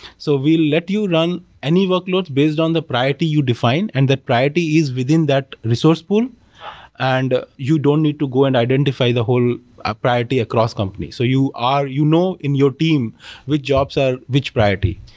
so we let you run any workloads based on the priority you defined, and that priority is within that resource pool and ah you don't need to go and identify the whole ah priority across company. so you are you know in your team which jobs are which priority,